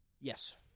Yes